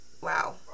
Wow